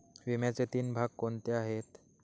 विम्याचे तीन भाग कोणते आहेत?